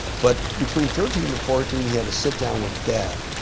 but between thirteen and fourteen, he had a sit-down with dad.